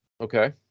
Okay